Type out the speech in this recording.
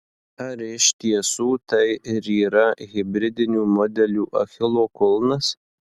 ar iš tiesų tai ir yra hibridinių modelių achilo kulnas